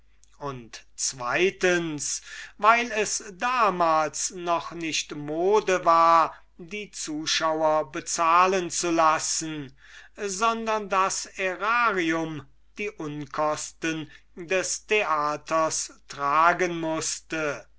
und zweitens weil es damals noch nicht mode war die zuschauer bezahlen zu lassen sondern das aerarium die unkosten des theaters tragen mußte